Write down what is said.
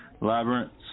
Labyrinths